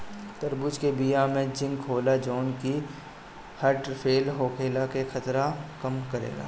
तरबूज के बिया में जिंक होला जवन की हर्ट फेल होखला के खतरा कम करेला